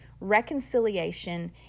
reconciliation